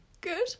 Good